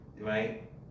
right